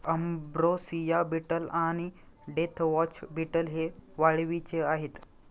ambrosia beetle आणि deathwatch beetle हे वाळवीचे आहेत